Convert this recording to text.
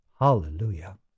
Hallelujah